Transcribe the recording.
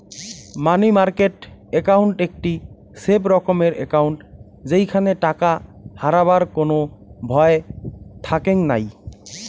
মানি market account একটি safe রকমের account যেইখানে টাকা হারাবার কোনো ভয় থাকেঙ নাই